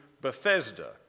Bethesda